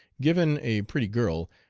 given, a pretty girl,